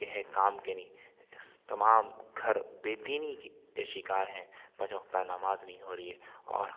کے ہیں کام کے نہیں اس تمام گھر بے دینی کی کے شکار ہیں پنج وقتہ نماز نہیں ہو رہی ہے اور